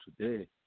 today